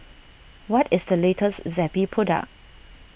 what is the latest Zappy product